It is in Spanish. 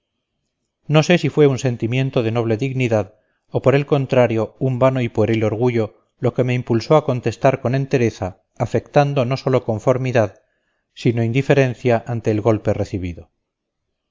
no sé si fue un sentimiento de noble dignidad o por el contrario un vano y pueril orgullo lo que me impulsó a contestar con entereza afectando no sólo conformidad sino indiferencia ante el golpe recibido